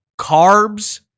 Carbs